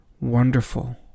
wonderful